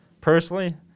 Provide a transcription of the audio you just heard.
personally